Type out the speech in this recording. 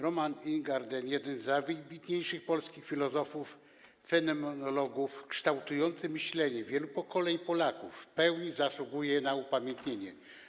Roman Ingarden, jeden z najwybitniejszych polskich filozofów fenomenologów, kształtujący myślenie wielu pokoleń Polaków, w pełni zasługuje na upamiętnienie.